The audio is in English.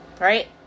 right